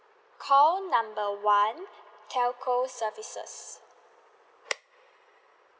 call number one telco services